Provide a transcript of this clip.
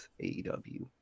AEW